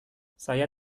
saya